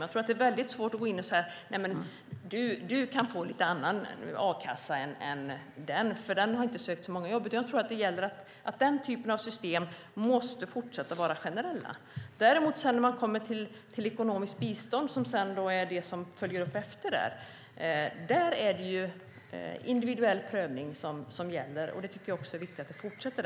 Jag tror att det är väldigt svårt att gå in och säga åt någon: Du kan få lite annan a-kassa än en annan, för den personen har inte sökt så många jobb. Jag tror att den typen av system måste fortsätta att vara generella. När man sedan däremot kommer till ekonomiskt bistånd, som är det som följer upp efteråt, är det individuell prövning som gäller, och det tycker jag är viktigt att det fortsätter.